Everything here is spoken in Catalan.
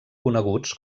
coneguts